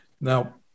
Now